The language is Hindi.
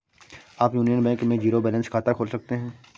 आप यूनियन बैंक में जीरो बैलेंस खाता खोल सकते हैं